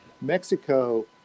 Mexico